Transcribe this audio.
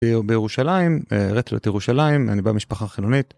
בירושלים, רטלת ירושלים, אני במשפחה חילונית.